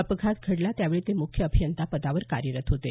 अपघात घडला त्यावेळी ते मुख्य अभियंता पदावर कार्यरत होते